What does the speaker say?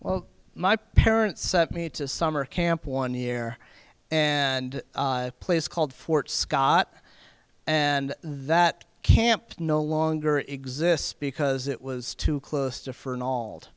well my parents sent me to a summer camp one year and a place called fort scott and that camp no longer exists because it was too close to f